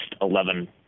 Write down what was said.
11